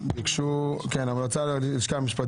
אנחנו עוברים לנושא הבא